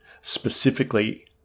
specifically